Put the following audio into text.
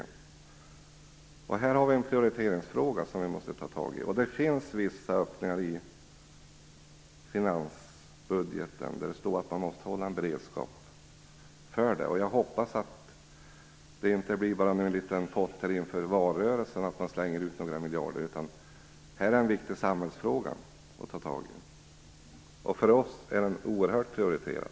Detta är en prioriteringsfråga som vi måste ta tag i. Det finns vissa öppningar i finansbudgeten, där det står att man måste hålla en beredskap för det. Jag hoppas att man inte bara slänger ut några miljarder i små potter inför valrörelsen. Detta är en viktig samhällsfråga, och för vår del är den oerhört högt prioriterad.